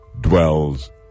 dwells